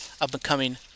up-and-coming